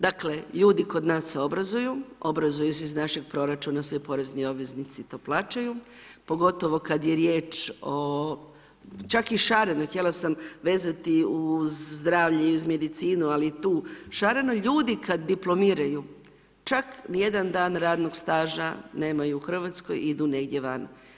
Dakle ljudi kod nas se obrazuju, obrazuju se iz našeg proračuna svi porezni obveznici i to plaćaju, pogotovo kada je riječ o čak je i šareno, htjela sam vezati uz zdravlje i uz medicinu, ali je tu šareno, ljudi kada diplomiraju čak ni jedan dan radnog staža nemaju u Hrvatskoj idu negdje van.